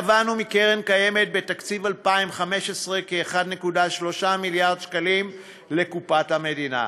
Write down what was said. תבענו מקרן קיימת בתקציב 2015 כ-1.3 מיליארד שקלים לקופת המדינה.